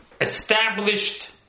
established